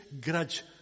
grudge